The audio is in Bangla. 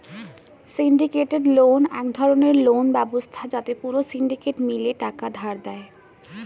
সিন্ডিকেটেড লোন এক ধরণের লোন ব্যবস্থা যাতে পুরো সিন্ডিকেট মিলে টাকা ধার দেয়